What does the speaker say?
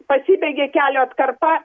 pasibaigė kelio atkarpa